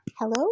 Hello